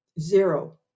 Zero